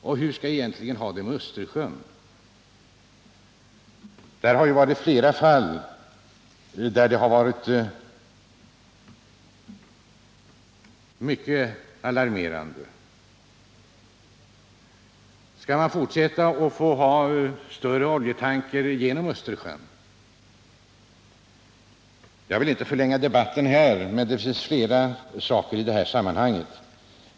Och hur skall vi egentligen ha det med Östersjön? Där har förekommit flera alarmerande fall. Skall vi fortsätta att tillåta större oljetankrar i Östersjön? Jag vill inte förlänga debatten här, men det finns flera saker att ta upp i detta sammanhang.